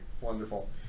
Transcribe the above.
Wonderful